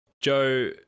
joe